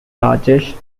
largest